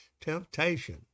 temptation